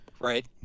Right